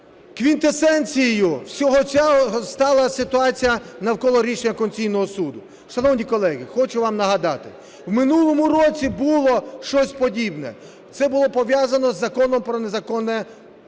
квінтесенцією всього цього стала ситуація навколо рішення Конституційного Суду. Шановні колеги, хочу вам нагадати, в минулому році було щось подібне, це було пов'язано з Законом про незаконне збагачення.